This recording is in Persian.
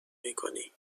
میکنی